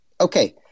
Okay